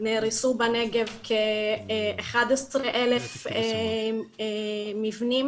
נהרסו בנגב כ-11,000 מבנים